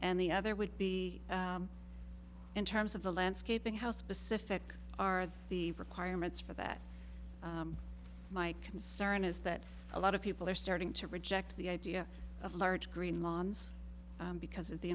and the other would be in terms of the landscaping how specific are the requirements for that my concern is that a lot of people are starting to reject the idea of large green lawns because of the